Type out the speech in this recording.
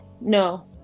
no